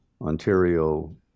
Ontario